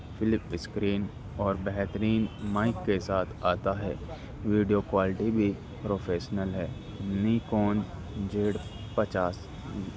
flip screen اور بہترین mic کے ساتھ آتا ہے ویڈیو کوالٹی بھی پروفیشنل ہے نیکون جیڑ پچاس